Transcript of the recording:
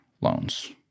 loans